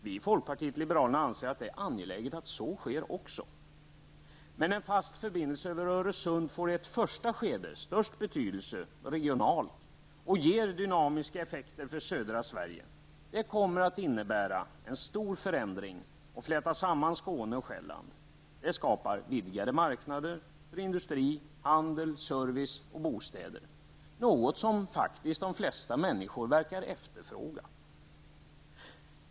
Vi i folkpartiet liberalerna anser att det är angeläget att så sker också. En fast förbindelse över Öresund får i ett första skede störst betydelse regionalt och ger dynamiska effekter för södra Sverige. Den kommer att innebära en stor förändring, och det kommer att fläta samman Skåne och Själland. Den skapar vidgade marknader för industri, handel, service och bostäder, något som faktiskt de flesta människor verkar efterfråga.